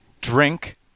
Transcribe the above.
Drink